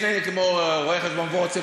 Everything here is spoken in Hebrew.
כמו רואה-חשבון וורצל,